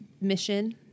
mission